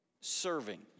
serving